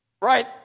Right